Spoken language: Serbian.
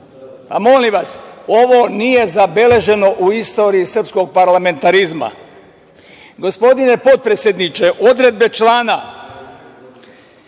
Molim vas, ovo nije zabeleženo u istoriji srpskog parlamentarizma. Gospodine potpredsedniče, odredbe člana